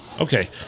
Okay